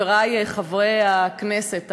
חברי חברי הכנסת,